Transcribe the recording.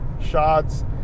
shots